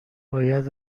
باید